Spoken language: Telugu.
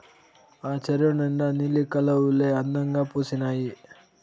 ఆ చెరువు నిండా నీలి కలవులే అందంగా పూసీనాయి